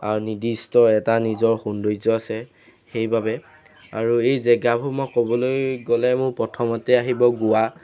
আৰু নিৰ্দিষ্ট এটা নিজৰ সৌন্দৰ্য আছে সেইবাবে আৰু এই জেগাবোৰ মই ক'বলৈ গ'লে মোৰ প্ৰথমতেই আহিব গোৱা